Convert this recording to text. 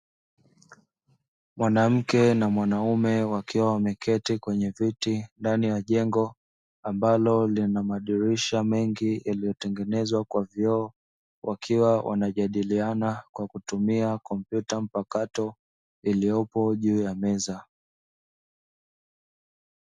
Mwanamke na mwanaume wakiwa wameketi kwenye viti ndani ya jengo ambalo lina madirisha mengi yaliyotengenezwa kwa vioo. Wakiwa wanajadiliana kwa kutumia kompyuta mpakato iliyopo juu ya meza.